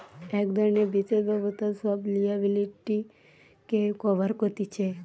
এক ধরণের বিশেষ ব্যবস্থা সব লিয়াবিলিটিকে কভার কতিছে